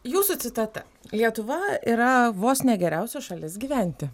jūsų citata lietuva yra vos ne geriausia šalis gyventi